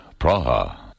Praha